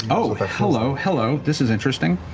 oh, hello, hello, this is interesting.